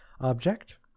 object